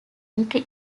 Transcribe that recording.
entry